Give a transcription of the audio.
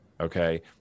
Okay